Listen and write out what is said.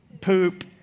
poop